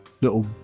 little